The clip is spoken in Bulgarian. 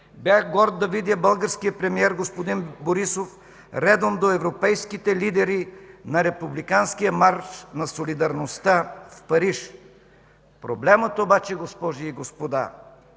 бях горд да видя българския премиер господин Борисов редом до европейските лидери на републиканския Марш на солидарността в Париж. Проблемът обаче, госпожи и господа,